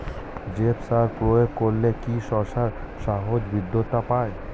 জৈব সার প্রয়োগ করলে কি শশার সাইজ বৃদ্ধি পায়?